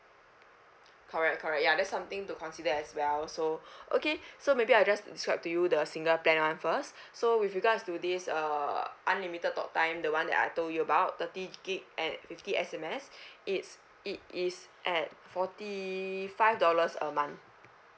correct correct ya that's something to consider as well so okay so maybe I just describe to you the single plan one first so with regards to this err unlimited talk time the one that I told you about thirty gig and fifty S_M_S it's it is at forty five dollars a month